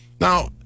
Now